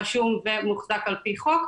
רשום ומוחזק על פי חוק,